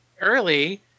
early